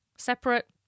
separate